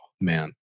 man